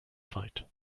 fight